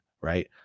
right